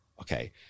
Okay